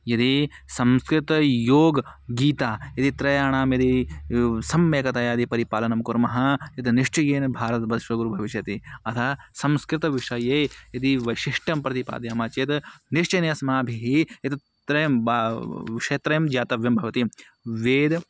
यदि संस्कृतं योगः गीता यदि त्रयाणां यदि सम्यक्तया यदि परिपालनं कुर्मः यद् निश्चयेन भारतं विश्वगुरुः भविष्यति अतः संस्कृतविषये यदि वैशिष्ट्यं प्रतिपादयामः चेत् निश्चयेन अस्माभिः एतत् त्रयं वा विषयत्रयं ज्ञातव्यं भवति वेद